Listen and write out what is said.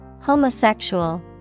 Homosexual